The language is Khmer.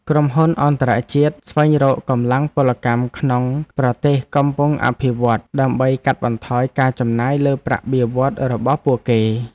ក្រុមហ៊ុនអន្តរជាតិស្វែងរកកម្លាំងពលកម្មក្នុងប្រទេសកំពុងអភិវឌ្ឍន៍ ដើម្បីកាត់បន្ថយការចំណាយលើប្រាក់បៀវត្សរ៍របស់ពួកគេ។